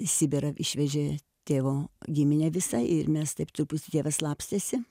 sibirą išvežė tėvo giminę visą ir mes taip tupus jie va slapstėsi